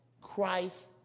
Christ